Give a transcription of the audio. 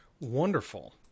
Wonderful